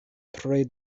tre